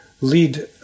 lead